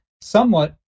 somewhat